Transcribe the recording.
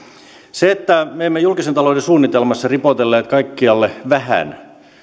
siihen että me emme julkisen talouden suunnitelmassa ripotelleet kaikkialle vähän